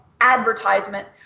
advertisement